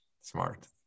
Smart